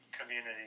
community